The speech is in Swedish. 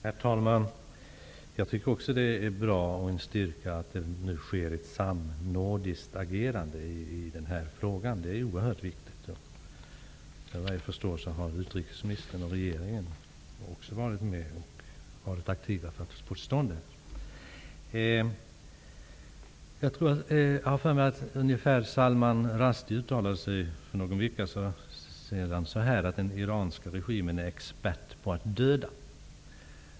Herr talman! Jag tycker också att det är bra och visar på en styrka att det nu sker ett samnordiskt agerande i den här frågan. Det är viktigt, och vad jag förstår har utrikesministern och regeringen också varit aktiva för att få till stånd detta. Jag har för mig att Salman Rushdie uttalade sig för någon vecka sedan och sade att den iranska regimen är expert på att döda.